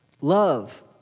Love